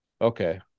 Okay